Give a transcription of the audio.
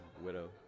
widow